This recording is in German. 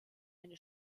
eine